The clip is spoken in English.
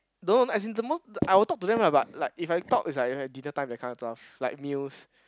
don't as in the most I will talk to them lah but like if I talk it's like you know at dinner time that kind of stuff like meals